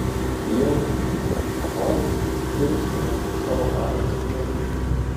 jautėme oi pirksimės už savo babkes viešbutį